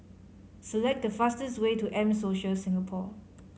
select the fastest way to M Social Singapore